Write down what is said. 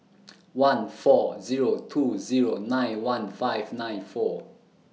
one four Zero two Zero nine one five nine four